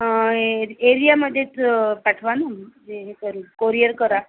हां एर् एरियामधेच पाठवाल ना म्हणजे हे करून कोरिअर करा